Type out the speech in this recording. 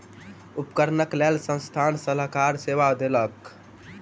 उपकरणक लेल संस्थान सलाहकार सेवा देलक